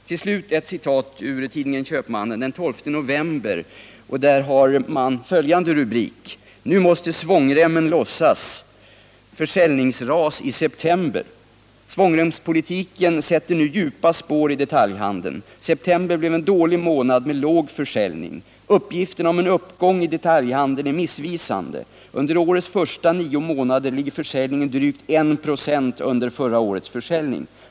Till slut ett citat ur en artikel i tidningen Köpmannen av den 12 november 1978, som har följande rubrik: ”Nu måste svångremmen lossas: Försäljningsras i september.” Det heter där bl.a.: ”Svångremspolitiken sätter nu djupa spår i detaljhandeln. September blev en dålig månad med låg försäljning. Uppgifterna om en uppgång i detaljhandeln är missvisande. Under årets första nio månader ligger försäljningen drygt en procent under förra årets försäljning.